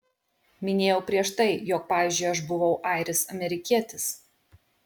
minėjau prieš tai jog pavyzdžiui aš buvau airis amerikietis